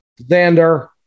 Zander